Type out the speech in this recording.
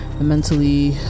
mentally